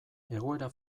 egoera